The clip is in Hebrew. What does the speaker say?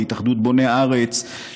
להתאחדות בוני הארץ,